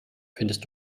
findest